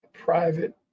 private